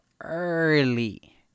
early